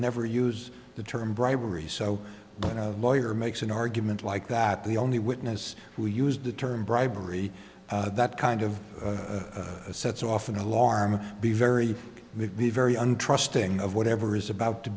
never use the term bribery so when a lawyer makes an argument like that the only witness who used the term bribery that kind of sets off an alarm be very very untrusting of whatever is about to